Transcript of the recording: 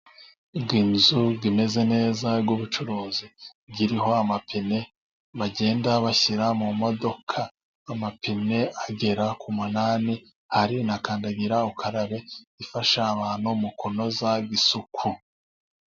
Iyinzu imeze neza y'ubucuruzi, iriho amapine bagenda bashyira mu modoka, amapine agera ku munani, hari nakandagira ukarabe, ifasha abantu mu kunoza isuku.